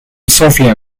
sofia